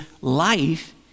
life